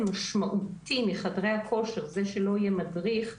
משמעותי מחדרי הכושר זה שלא יהיה מדריך,